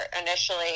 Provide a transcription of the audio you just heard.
initially